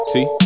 See